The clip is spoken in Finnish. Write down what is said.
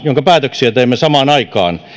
jonka päätöksiä teimme samaan aikaan